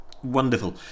Wonderful